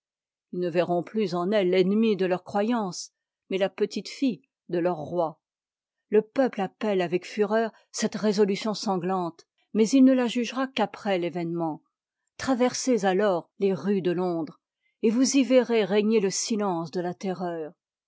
ils ne verront plus en elle l'ennemie de leur croyance mais la petite-fille de leurs rots le peuple appette avec fureur cette résotution sanglante mais il ne la jugera qu'après t'événement traversez alors les rues de londres et vous y verrez régner le silence de la terreur